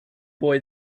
boy